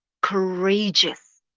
courageous